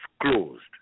closed